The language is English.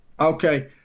Okay